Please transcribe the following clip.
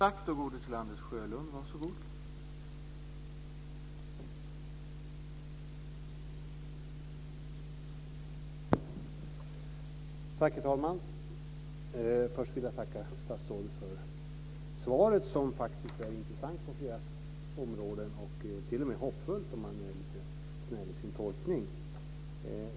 Herr talman! Först vill jag tacka statsrådet för svaret, som faktiskt är intressant på flera områden och t.o.m. hoppfullt om man är lite snäll i sin tolkning.